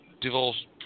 divorce